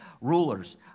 Rulers